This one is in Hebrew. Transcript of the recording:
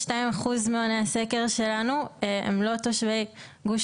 62% מעוני הסקר שלנו הם לא תושבי גוש